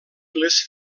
les